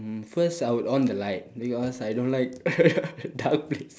mm first I would on the light because I don't like dark place